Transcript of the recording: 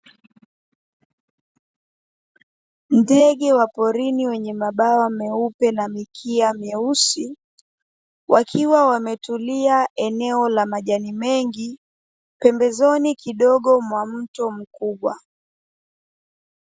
Ndege wa porini wenye mabawa meupe na mikia myeusi, wakiwa wametulia eneo la majani mengi, pembezoni kidogo mwa mto mkubwa.